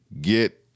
Get